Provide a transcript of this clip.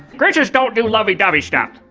grinches don't do lovey-dovey stuff.